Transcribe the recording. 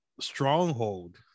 stronghold